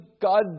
God